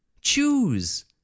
Choose